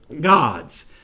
gods